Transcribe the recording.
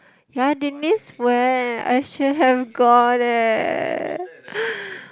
ya Denise went I should have gone eh